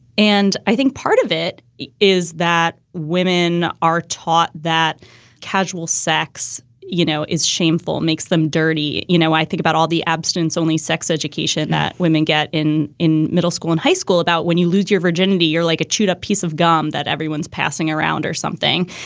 and i think part of it it is that women are taught that casual sex, you know, is shameful, makes them dirty you know, i think about all the abstinence only sex education that women get in in middle school and high school about when you lose your virginity, you're like a chewed up piece of gum that everyone's passing around or something.